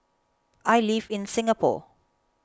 I live in Singapore